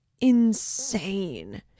insane